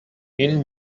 این